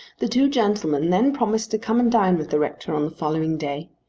the two gentlemen then promised to come and dine with the rector on the following day.